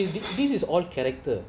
no seen these this is all character